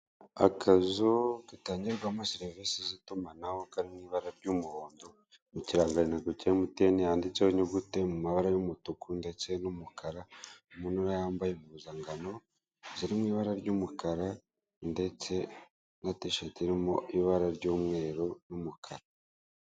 Akazu gatangirwamo service z'itumanaho kari mu ibara ry'umuhondo mu kirangangu cya MTN handitseho inyuguti mu mabara y'umutuku ndetse n'umukara umuntu urimo yambaye impuzangano ziri mu ibara ry'umukara ndetse na t-shat irimo ibara ry'umweru n'umukara.